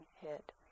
hit